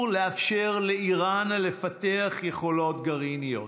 לאפשר לאיראן לפתח יכולות גרעיניות.